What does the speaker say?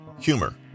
Humor